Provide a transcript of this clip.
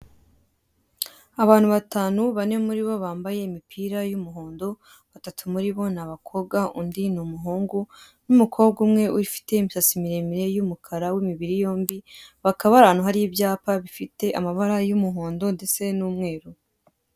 Abantu batanu, bane muri bo bambaye imipira y'umuhondo, batatu muri bo ni abakobwa, undi ni umuhungu n'umukobwa umwe ufite imisatsi miremire y'umukara w'imibiri yombi, bakaba bari ahantu hari ibyapa bifite amabara y'umuhondo ndetse n'umweru.